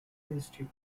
institute